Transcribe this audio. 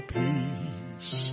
peace